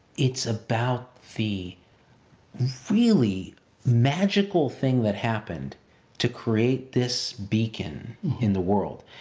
it's about the really magical thing that happened to create this beacon in the world,